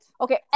Okay